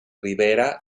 rivera